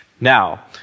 Now